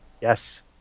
Yes